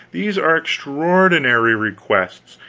these are extraordinary requests,